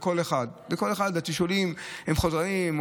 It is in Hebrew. התשאולים הם חודרניים,